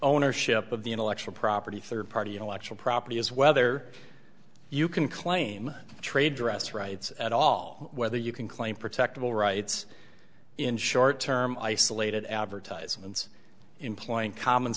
ownership of the intellectual property third party intellectual property is whether you can claim trade dress rights at all whether you can claim protectable rights in short term isolated advertisements employing common